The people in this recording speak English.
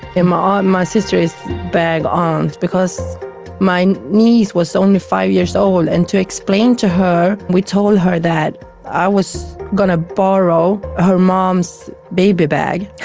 and um my sister is bag aunt because my niece was only five years old, and to explain to her we told her that i was going to borrow her mum's baby bag,